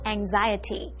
Anxiety